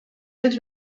els